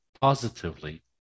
positively